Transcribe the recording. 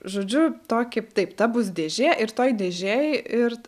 žodžiu tokį taip ta bus dėžė ir toj dėžėj ir